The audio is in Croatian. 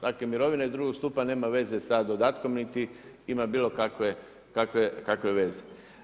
Dakle, mirovine drugog stupa nemaju veze sa dodatkom niti ima bilokakve veze.